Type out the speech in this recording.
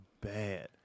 bad